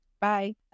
Bye